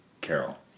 Carol